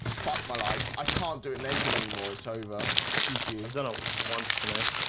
fuck my life. i can't do it naked anymore. it's over did you know once tonight?